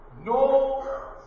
no